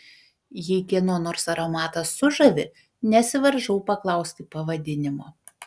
jei kieno nors aromatas sužavi nesivaržau paklausti pavadinimo